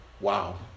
Wow